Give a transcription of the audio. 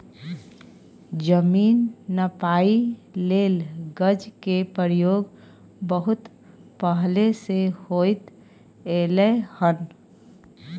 जमीन नापइ लेल गज के प्रयोग बहुत पहले से होइत एलै हन